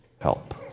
help